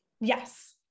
yes